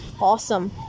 awesome